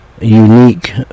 unique